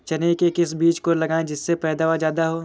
चने के किस बीज को लगाएँ जिससे पैदावार ज्यादा हो?